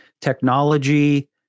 technology